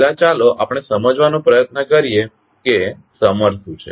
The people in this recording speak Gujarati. પહેલા ચાલો આપણે સમજવાનો પ્રયત્ન કરીએ કે સમર શું છે